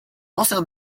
also